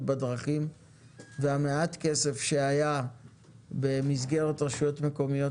בדרכים ומעט הכסף שהיה במסגרת הרשויות המקומיות